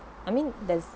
I mean that's